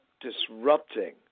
disrupting